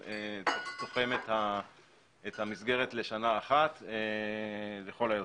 תוחם את המסגרת לשנה אחת לכל היותר.